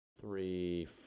three